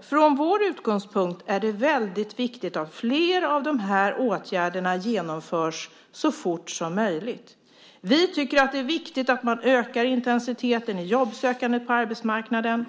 "Från vår utgångspunkt är det väldigt viktigt att flera av de här åtgärderna genomförs så fort som möjligt. Vi tycker att det är viktigt att man ökar intensiteten i jobbsökandet på arbetsmarknaden.